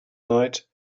night